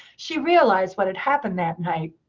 she realized what had happened that night.